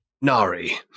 Nari